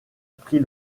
pris